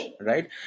right